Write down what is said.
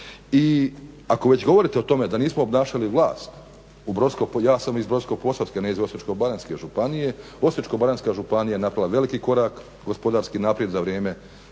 I Ako već govorite o tome da nismo obnašali vlast u brodsko, ja sam iz Brodsko-posavske a ne iz Osječko-baranjske županije, Osječko-baranjska županija je napravila veliki korak, gospodarski napredak za vrijeme